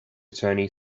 attorney